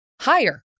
higher